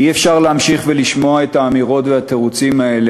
אי-אפשר להמשיך ולשמוע את האמירות והתירוצים האלה